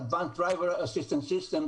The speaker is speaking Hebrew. Advanced Driver Assistance Systems,